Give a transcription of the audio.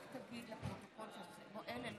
אני